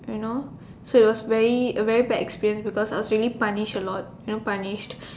you know so it was very a very bad experience because I was really punished a lot you know punished